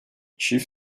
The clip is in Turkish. çift